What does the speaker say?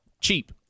cheap